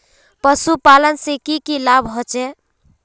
पशुपालन से की की लाभ होचे?